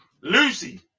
Lucy